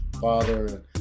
father